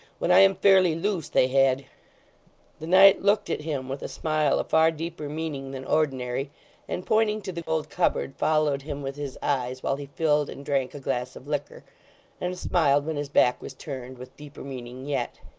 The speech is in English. when i am fairly loose they had the knight looked at him with a smile of far deeper meaning than ordinary and pointing to the old cupboard, followed him with his eyes while he filled and drank a glass of liquor and smiled when his back was turned, with deeper meaning yet.